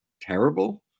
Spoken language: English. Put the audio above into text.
terrible